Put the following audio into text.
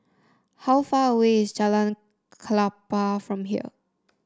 how far away is Jalan Klapa from here